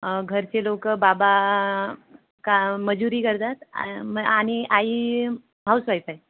घरचे लोकं बाबा का मजुरी करतात आणि आई हाऊसवाईफ आहे